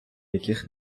яких